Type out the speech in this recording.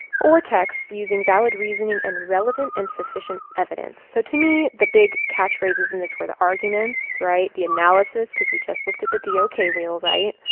or text using valid reasoning and relevant and sufficient evidence. so to me, the big catch phrases in this were the arguments, right? the analysis, because we just looked at the dok wheel, right?